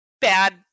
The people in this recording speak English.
bad